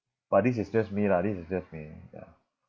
but this is just me lah this is just me ya